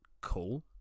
cool